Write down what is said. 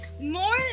More